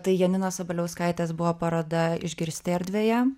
tai janinos sabaliauskaitės buvo paroda išgirsti erdvėje